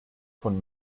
von